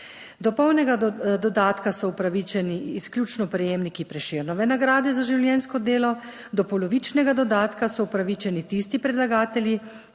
Do polnega dodatka so upravičeni izključno prejemniki Prešernove nagrade za življenjsko delo. Do polovičnega dodatka so upravičeni tisti predlagatelji,